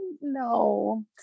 no